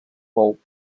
pou